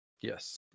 Yes